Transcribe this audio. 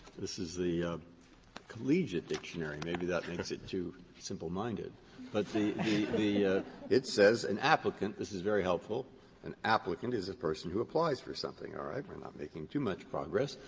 this is the collegiate dictionary. maybe that makes it too simpleminded. breyer but the the it says, an applicant this is very helpful an applicant is a person who applies for something, all right? we're not making too much progress.